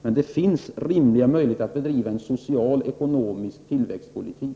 Men det finns rimliga möjligheter att bedriva en social ekonomisk tillväxtpolitik.